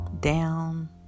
down